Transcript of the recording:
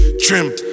Trim